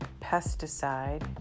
pesticide